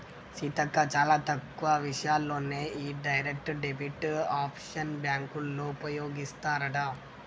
సీతక్క చాలా తక్కువ విషయాల్లోనే ఈ డైరెక్ట్ డెబిట్ ఆప్షన్ బ్యాంకోళ్ళు ఉపయోగిస్తారట